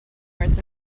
words